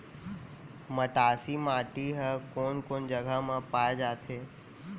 मटासी माटी हा कोन कोन जगह मा पाये जाथे?